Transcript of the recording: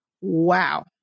wow